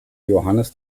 johannes